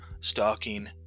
stalking